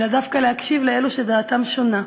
אלא דווקא להקשיב לאלו שדעתם שונה,